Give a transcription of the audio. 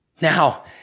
Now